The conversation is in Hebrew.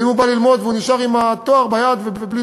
ואם הוא בא ללמוד ונשאר עם התואר ביד ובלי